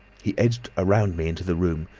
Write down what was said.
he edged ah round me into the room,